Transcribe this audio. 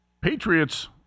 Patriots